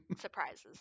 surprises